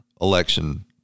election